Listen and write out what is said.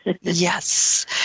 Yes